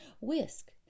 Whisk